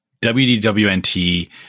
WDWNT